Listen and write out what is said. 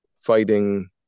fighting